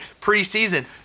preseason